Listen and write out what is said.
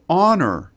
honor